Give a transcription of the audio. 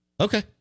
Okay